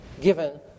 given